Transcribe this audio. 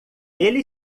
ele